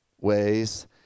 ways